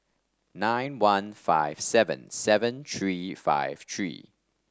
nine one five seven seven three five three